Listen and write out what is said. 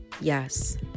Yes